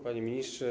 Panie Ministrze!